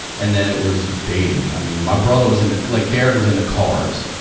and then it was dating. i mean, my brother was into like, derek was into cars.